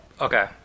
okay